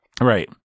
Right